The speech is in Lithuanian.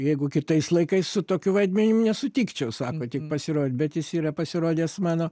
jeigu kitais laikais su tokiu vaidmenim nesutikčiau sako tik pasirodyt bet jis yra pasirodęs mano